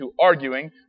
arguing